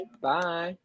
Bye